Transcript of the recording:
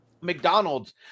McDonald's